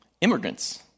Immigrants